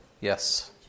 Yes